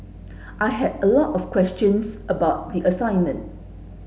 I had a lot of questions about the assignment